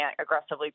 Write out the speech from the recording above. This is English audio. aggressively